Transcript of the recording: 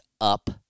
up